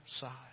side